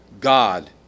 God